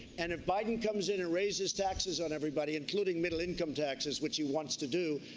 and if biden comes in and raises taxes on everybody including middle income taxes which he wants to do,